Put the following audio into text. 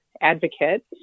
advocate